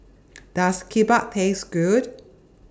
Does Kimbap Taste Good